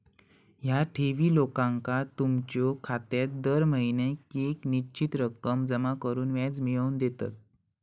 ह्या ठेवी लोकांका त्यांच्यो खात्यात दर महिन्याक येक निश्चित रक्कम जमा करून व्याज मिळवून देतत